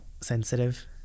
sensitive